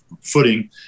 footing